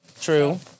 True